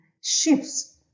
shifts